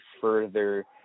further